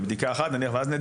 אז אם אחד עולה X,